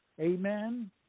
Amen